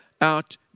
out